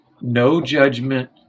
no-judgment